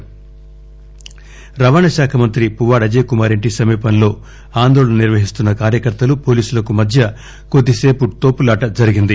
రాష్ట రవాణ శాఖ మంత్రి పువ్వాడ అజయ్ కుమార్ ఇంటి సమీపంలో ఆందోళన నిర్వహిస్తున్న కార్యకర్తలు పోలీసులకు మధ్య కొద్దిసేపు తోపులాట చోటుచేసుకుంది